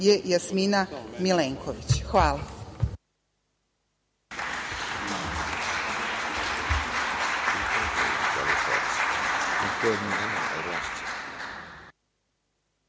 Jasmina Milenković. Hvala.